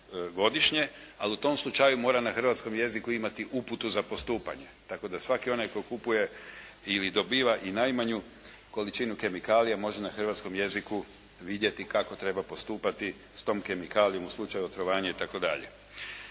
ali u tom slučaju mora na hrvatskom jeziku imati uputu za postupanje, tako da svaki onaj tko kupuje ili dobiva i najmanju količinu kemikalija može na hrvatskom jeziku vidjeti kako treba postupati s tom kemikalijom u slučaju otrovanja itd.